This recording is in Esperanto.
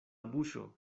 buŝo